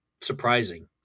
surprising